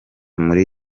muri